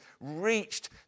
reached